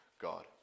God